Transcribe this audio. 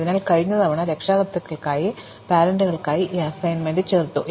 അതിനാൽ കഴിഞ്ഞ തവണ രക്ഷകർത്താക്കൾക്കായി ഞങ്ങൾ ഈ അസൈൻമെന്റ് ചേർത്തു